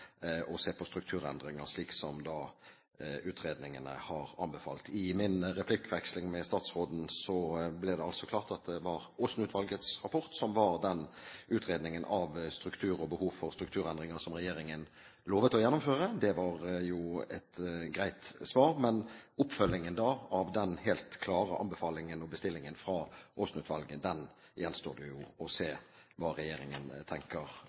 se et tilbud under ett, og se på strukturendringer, som utredningene har anbefalt. I min replikkveksling med statsråden ble det klart at det var Aasen-utvalgets rapport som var den utredningen av strukturer og behovet for strukturendringer som regjeringen lovet å gjennomføre. Det var jo et greit svar. Men når det gjelder oppfølgingen av den helt klare anbefalingen og bestillingen fra Aasen-utvalget, gjenstår det å se hva regjeringen tenker